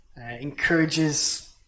encourages